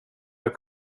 jag